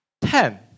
ten